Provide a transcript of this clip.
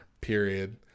period